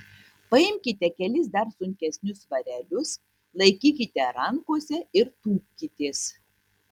paimkite kelis dar sunkesnius svarelius laikykite rankose ir tūpkitės